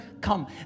come